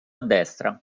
destra